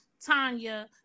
Tanya